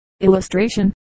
Illustration